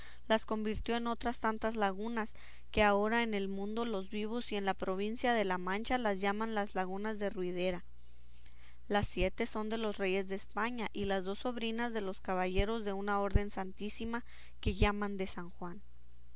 las convirtió en otras tantas lagunas que ahora en el mundo de los vivos y en la provincia de la mancha las llaman las lagunas de ruidera las siete son de los reyes de españa y las dos sobrinas de los caballeros de una orden santísima que llaman de san juan